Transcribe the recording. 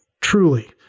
Truly